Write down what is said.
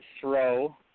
throw